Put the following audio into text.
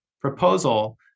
proposal